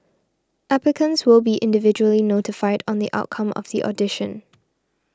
applicants will be individually notified on the outcome of the audition